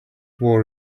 war